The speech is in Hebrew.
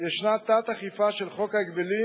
יש תת-אכיפה של חוק ההגבלים,